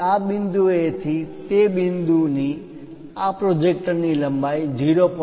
તેથી આ બિંદુએ થી તે બિંદુની આ પ્રોજેક્ટર ની લંબાઈ 0